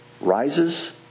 rises